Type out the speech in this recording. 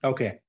Okay